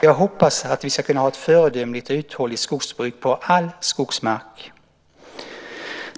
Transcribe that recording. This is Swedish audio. Jag hoppas att vi ska kunna ha ett föredömligt och uthålligt skogsbruk på all skogsmark.